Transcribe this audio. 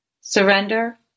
surrender